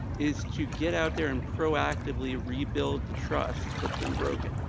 is to get out there and proactively rebuild the trust that's been broken.